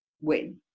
win